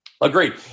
Agreed